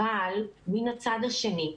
אבל מן הצד השני,